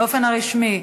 באופן הרשמי.